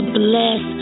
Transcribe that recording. bless